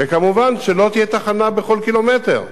ומובן שלא תהיה תחנה בכל קילומטר,